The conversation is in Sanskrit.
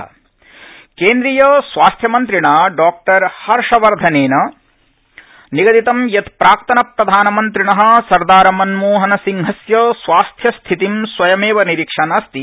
मनमोहन केन्द्रीयस्वास्थ्यमन्त्रिणा डॉ हर्षवर्धनेन निगदितं यत प्राक्तन प्रधानमन्त्रिण सरदारमनमोहन सिंहस्य स्वास्थ्यस्थितिं स्वयमेव निरीक्षन् अस्ति